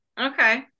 okay